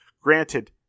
Granted